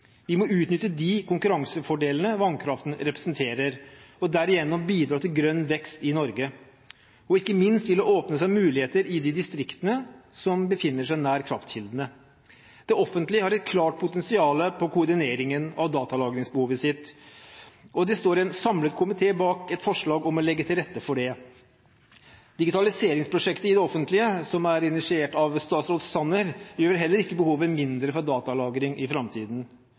Vi må utnytte de konkurransefordelene vannkraften representerer, og derigjennom bidra til grønn vekst i Norge. Ikke minst vil det åpne seg muligheter i de distriktene som befinner seg nær kraftkildene. Det offentlige har et klart potensial når det gjelder koordineringen av datalagringsbehovet sitt, og det står en samlet komité bak et forslag om å legge til rette for det. Digitaliseringsprosjektet i det offentlige, som er initiert av statsråd Sanner, vil heller ikke gjøre behovet mindre for datalagring i framtiden.